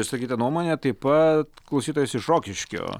išsakytą nuomonę taip pat klausytojas iš rokiškio